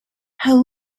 how